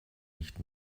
nicht